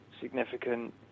significant